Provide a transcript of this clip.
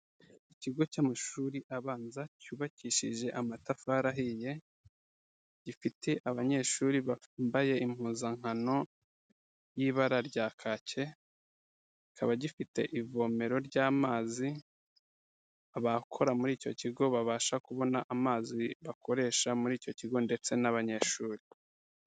Ikigo cy'amashuri abanza cyubakishije amatafari ahiye, gifite abanyeshuri bambaye impuzankano y'ibara rya kake, kikaba gifite ivomero ry'amazi abakora muri icyo kigo babasha kubona amazi bakoresha muri icyo kigo ndetse n'abanyeshuri.